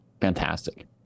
fantastic